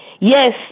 Yes